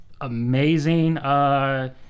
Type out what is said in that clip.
amazing